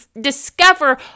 discover